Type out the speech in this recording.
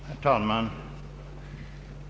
Herr talman!